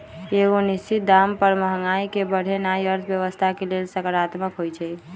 एगो निश्चित दाम पर महंगाई के बढ़ेनाइ अर्थव्यवस्था के लेल सकारात्मक होइ छइ